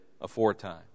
aforetime